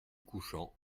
couchant